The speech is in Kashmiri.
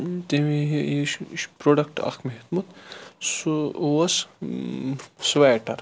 یہِ چھُ پروڈَکٹ اکھ مےٚ ہیوٚتمُت سُہ اوس سویٹَر